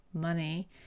money